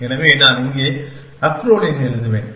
எனவே நான் இங்கே அக்ரோலின் எழுதுவேன்